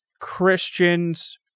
Christians